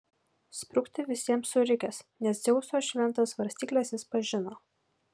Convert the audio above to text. sprukti visiems surikęs nes dzeuso šventas svarstykles jis pažino